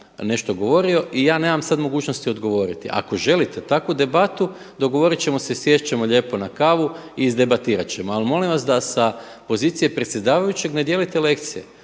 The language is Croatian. nešto govorio i ja nemam sad mogućnost odgovoriti. Ako želite takvu debatu dogovorit ćemo se i sjest ćemo lijepo na kavu i izdebatirat ćemo. Ali molim vas da sa pozicije predsjedavajućeg ne dijelite lekcije,